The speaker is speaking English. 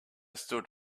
stood